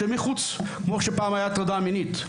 כמו הטרדה מינית,